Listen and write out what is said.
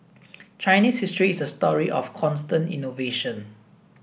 Chinese history is a story of constant innovation